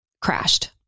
crashed